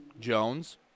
Jones